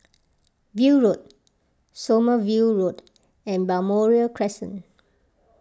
View Road Sommerville Road and Balmoral Crescent